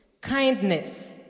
kindness